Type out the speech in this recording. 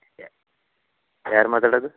ಯಾರು ಮಾತಾಡೋದು